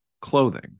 clothing